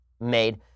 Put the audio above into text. made